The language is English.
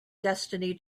destiny